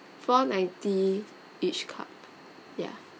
four ninety each cup ya